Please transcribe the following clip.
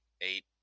eight